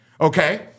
Okay